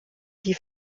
die